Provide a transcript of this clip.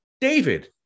David